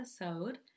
episode